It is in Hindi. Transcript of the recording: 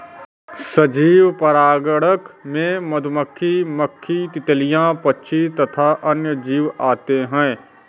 सजीव परागणक में मधुमक्खी, मक्खी, तितलियां, पक्षी तथा अन्य जीव आते हैं